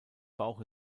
bauch